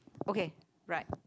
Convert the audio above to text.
okay right